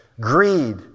greed